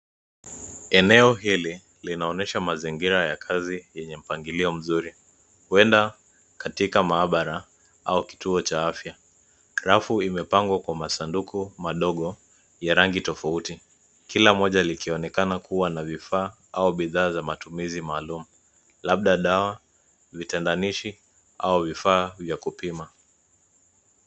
Eneo hili linaonyesha mazingira ya kazi yenye mpangilio mzuri huenda katika maabara au kituo cha afya. Rafu imepangwa kwa masanduku madogo ya rangi tofauti kila mmoja likionekana kuwa na vifaa au bidhaa za matumizi maalum labda dawa, vitandanishi au vifaa vya kupima.